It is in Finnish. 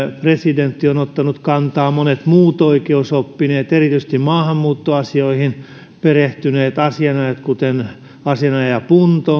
presidentti on ottanut kantaa ja monet muut oikeusoppineet erityisesti maahanmuuttoasioihin perehtyneet asianajajat kuten asianajaja punto